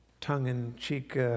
tongue-in-cheek